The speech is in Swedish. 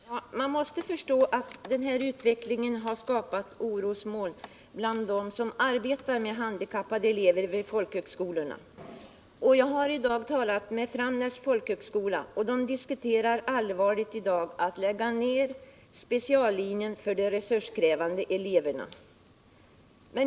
Herr talman! Man måste förstå att den här utvecklingen har skapat oro bland dem som arbetar med handikappade elever vid folkhögskolorna. Jag har i dag talat med Framnäs folkhögskola. Man diskuterar där allvarligt att lägga ned speciallinjen för de resurskrävande eleverna.